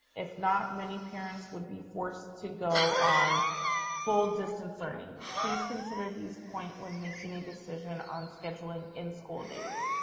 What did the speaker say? if not, many parents would be forced to go on full distance learning. please consider these point when making a decision on scheduling in school days.